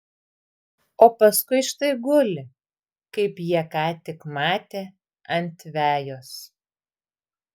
o paskui štai guli kaip jie ką tik matė ant vejos